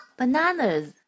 bananas